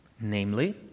Namely